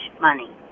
money